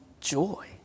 joy